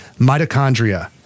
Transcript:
mitochondria